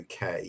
uk